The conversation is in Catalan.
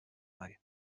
mai